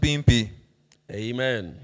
Amen